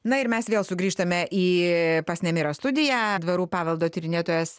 na ir mes vėl sugrįžtame į pas nemirą studiją dvarų paveldo tyrinėtojas